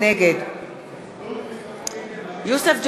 נגד יוסף ג'בארין,